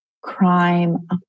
crime